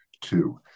two